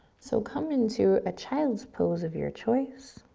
so come into a child's pose of your choice.